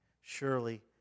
Surely